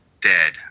dead